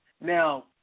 Now